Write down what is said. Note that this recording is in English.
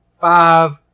five